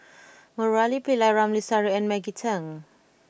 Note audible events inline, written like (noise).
(noise) Murali Pillai Ramli Sarip and Maggie Teng